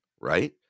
right